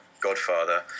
godfather